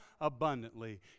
abundantly